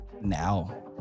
now